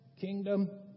kingdom